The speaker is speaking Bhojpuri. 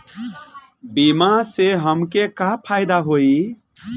बीमा से हमके का फायदा होई?